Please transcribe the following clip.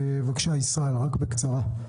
ישראל, בבקשה, בקצרה.